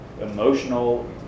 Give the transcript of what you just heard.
emotional